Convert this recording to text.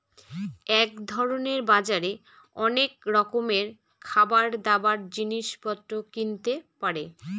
এক ধরনের বাজারে অনেক রকমের খাবার, দাবার, জিনিস পত্র কিনতে পারে